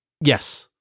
yes